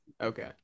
Okay